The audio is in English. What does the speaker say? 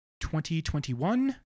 2021